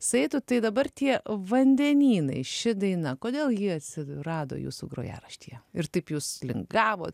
saitų tai dabar tie vandenynai ši daina kodėl ji atsirado jūsų grojaraštyje ir taip jus lingavot